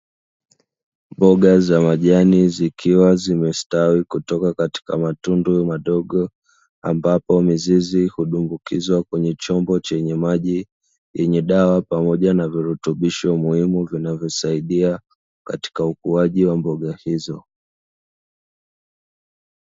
Mboga za majani zikiwa zimestawi kutoka katika matundu madogo, ambapo mizizi hudumbukizwa kwenye chombo chenye maji yenye dawa pamoja na virutubisho muhimu, vinavyosaidia katika ukuaji wa mboga hizo.